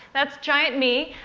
that's giant me.